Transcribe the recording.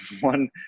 one